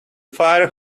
fire